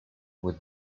would